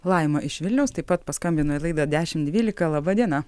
laima iš vilniaus taip pat paskambino į laidą dešim dvylika laba diena